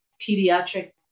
pediatric